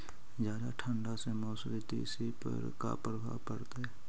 जादा ठंडा से मसुरी, तिसी पर का परभाव पड़तै?